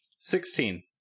Sixteen